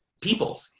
people